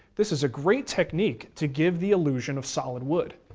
this is a great technique to give the illusion of solid wood.